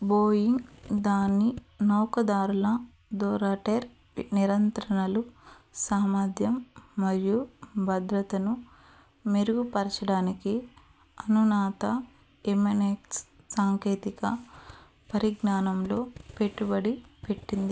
Boeing దాని నౌకదారుల థొరెటర్ నిరంత్రణలు సామర్థ్యం మరియు భద్రతను మెరుగుపరచడానికి అనునాత ఎమినేట్స్ సాంకేతిక పరిజ్ఞానంలో పెట్టుబడి పెట్టింది